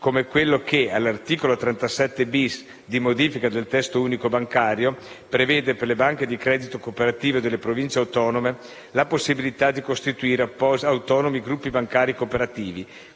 come quello che, all'articolo 37-*bis* di modifica del testo unico bancario, prevede per le banche di credito cooperativo delle Province autonome la possibilità di costituire autonomi gruppi bancari cooperativi,